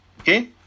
Okay